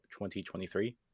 2023